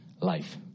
life